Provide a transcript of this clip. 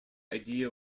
idea